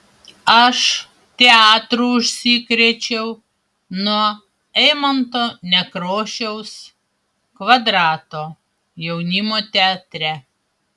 aš teatru užsikrėčiau nuo eimunto nekrošiaus kvadrato jaunimo teatre